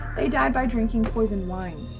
they died by drinking poison wine.